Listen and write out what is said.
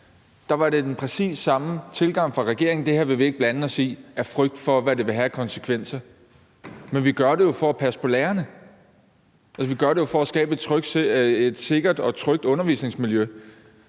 der var det præcis den samme tilgang fra regeringens side, hvor man sagde: Det her vil vi ikke blande os blande os i, af frygt for hvad det vil have af konsekvenser. Men vi gør det jo for at passe på lærerne. Altså, vi gør det jo for at skabe et sikkert og trygt undervisningsmiljø.